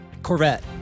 Corvette